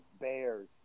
Bears